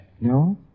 No